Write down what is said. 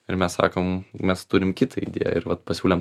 ir mes sakom mes turim kitą idėją ir vat pasiūlėm